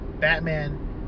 Batman